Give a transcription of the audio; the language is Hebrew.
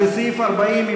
סעיף 40,